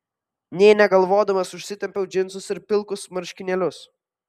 nė negalvodamas užsitempiau džinsus ir pilkus marškinėlius